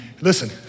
listen